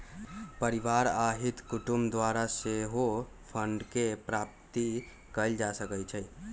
परिवार आ हित कुटूम द्वारा सेहो फंडके प्राप्ति कएल जा सकइ छइ